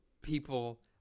people